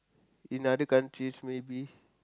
in other countries maybe